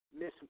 Miss